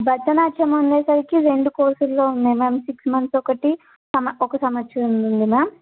భరతనాట్యం అనేసరికి రెండు కోర్సుల్లో ఉన్నాయి మ్యామ్ సిక్స్ మంత్స్ ఒకటి ఒక సంవ సంవత్సరంది ఉంది మ్యామ్